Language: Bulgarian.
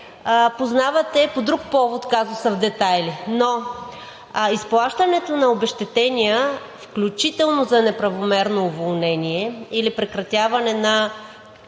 познавате по друг повод казуса в детайли. Изплащането на обезщетения, включително за неправомерно уволнение, или прекратяване на